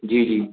जी जी